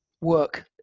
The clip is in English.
work